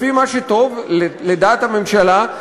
לפי מה שטוב לדעת הממשלה,